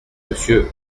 monsieur